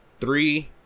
three